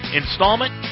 installment